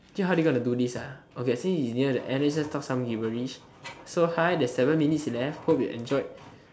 ya then how are they going to do this so let's talk some gibberish so hi there is seven minutes left I hope you enjoy